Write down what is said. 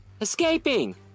Escaping